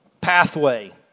Pathway